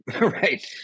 right